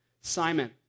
Simon